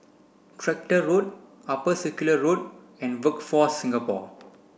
Tractor Road Upper Circular Road and Workforce Singapore